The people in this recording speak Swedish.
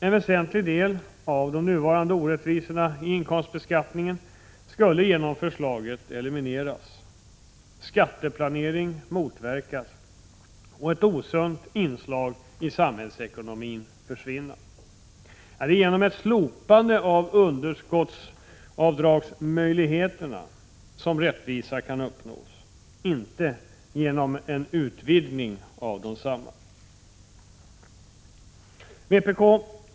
En väsentlig del av de nuvarande orättvisorna i inkomstbeskattningen skulle genom förslaget elimineras, skatteplanering motverkas och ett osunt inslag i samhällsekonomin försvinna. Det är genom ett slopande av underskottsavdragsmöjligheterna som rättvisa kan uppnås, inte genom en utvidgning av desamma.